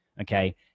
Okay